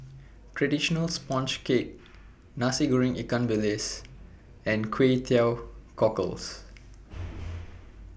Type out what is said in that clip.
Traditional Sponge Cake Nasi Goreng Ikan Bilis and Kway Teow Cockles